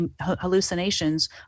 hallucinations